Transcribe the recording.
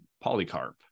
Polycarp